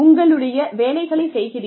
உங்களுடைய வேலைகளைச் செய்கிறீர்கள்